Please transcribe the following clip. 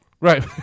right